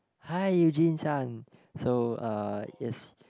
hi Eugene-san so uh yes